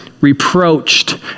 reproached